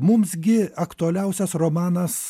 mums gi aktualiausias romanas